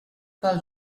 pel